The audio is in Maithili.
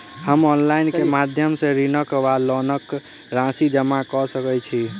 हम ऑनलाइन केँ माध्यम सँ ऋणक वा लोनक राशि जमा कऽ सकैत छी?